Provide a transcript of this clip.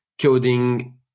coding